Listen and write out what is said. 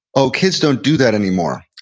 oh, kids don't do that anymore.